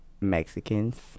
Mexicans